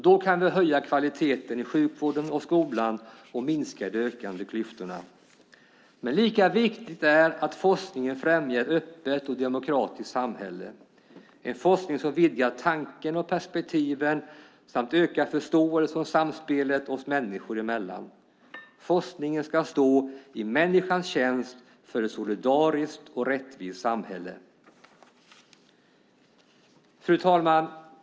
Då kan vi höja kvaliteten i sjukvården och skolan och minska de ökande klyftorna. Lika viktigt är att forskningen främjar ett öppet och demokratiskt samhälle. Forskning vidgar tanken och perspektiven samt ökar förståelsen och samspelet människor emellan. Forskningen ska stå i människans tjänst för ett solidariskt och rättvist samhälle. Fru talman!